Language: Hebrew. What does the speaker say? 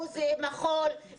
מחול,